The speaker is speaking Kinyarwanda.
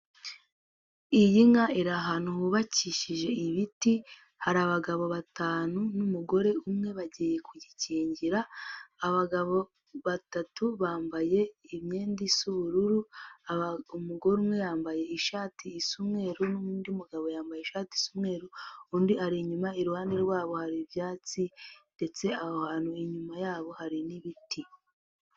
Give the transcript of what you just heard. Iyi nka iri ahantu hubakishije ibiti hari abagabo batanu n'umugore umwe bagiye kuyikingira, abagabo batatu bambaye imyenda isa ubururu, umugore umwe yambaye ishati isa umweru n'undi mugabo yambaye ishati isa umweru undi ari inyuma, iruhande rwabo hari ibyatsi ndetse aho hantu inyuma yabo hari n'ibiti.